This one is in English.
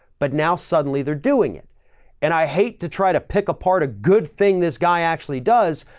but now suddenly they're doing it and i hate to try to pick apart a good thing this guy actually does,